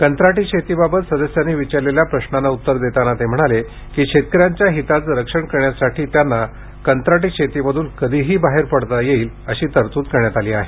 कंत्राटी शेतीबाबत सदस्यांनी विचारलेल्या प्रश्नांना उत्तर देताना ते म्हणाले की शेतकऱ्यांच्या हिताचं रक्षण करण्यासाठी त्यांना कंत्राटी शेतीमध्रन कधीही बाहेर पडता येईल अशी तरतूद करण्यात आली आहे